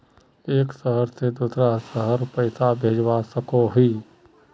एक शहर से दूसरा शहर पैसा भेजवा सकोहो ही?